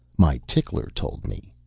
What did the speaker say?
my tickler told me.